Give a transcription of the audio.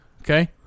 Okay